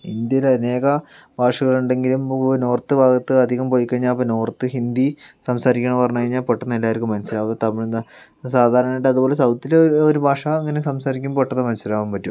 ഇന്ത്യയിൽ അനേകം ഭാഷകൾ ഉണ്ടെങ്കിലും നമുക്ക് നോർത്ത് ഭാഗത്ത് അധികം പോയിക്കഴിഞ്ഞാൽ നോർത്ത് ഹിന്ദി സംസാരിക്കണം എന്ന് പറഞ്ഞു കഴിഞ്ഞാൽ പെട്ടെന്ന് എല്ലാവർക്കും മനസ്സിലാവും തമിഴ്ന്ന് സാധാരണയായിട്ട് അതുപോലെ സൗത്തില് ഒരു ഭാഷ അങ്ങനെ സംസാരിക്കുമ്പോൾ പെട്ടെന്ന് മനസിലാവാൻ പറ്റും